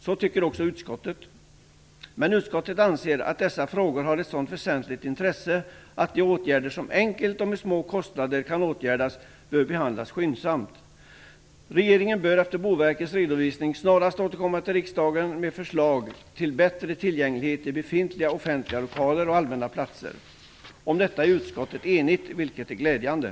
Det tycker också utskottet. Men utskottet anser att dessa frågor har ett sådant väsentligt intresse att de åtgärder som enkelt och med små kostnader kan åtgärdas bör behandlas skyndsamt. Regeringen bör, efter Boverkets redovisning, snarast återkomma till riksdagen med förslag till bättre tillgänglighet i befintliga offentliga lokaler och på allmänna platser. Om detta är utskottet enigt, vilket är glädjande.